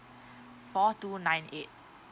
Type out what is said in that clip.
four two nine eight